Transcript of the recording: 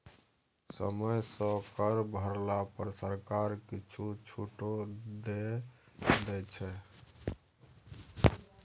समय सँ कर भरला पर सरकार किछु छूटो दै छै